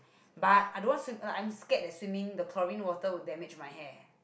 but I don't want sw~ like I'm scared that swimming the chlorine water will damage my hair